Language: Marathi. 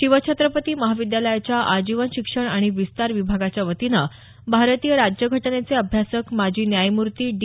शिवछत्रपती महाविद्यालयाच्या आजीवन शिक्षण आणि विस्तार विभागाच्या वतीनं भारतीय राज्यघटनेचे अभ्यासक माजी न्यायमूर्ती डी